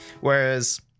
Whereas